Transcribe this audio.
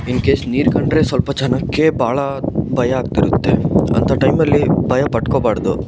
in case ನೀರು ಕಂಡರೆ ಸ್ವಲ್ಪ ಜನಕ್ಕೆ ಭಾಳ ಭಯ ಆಗ್ತಿರುತ್ತೆ ಅಂಥ ಟೈಮಲ್ಲಿ ಭಯ ಪಟ್ಕೊಳ್ಬಾರ್ದು